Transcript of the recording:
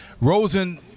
rosen